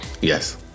Yes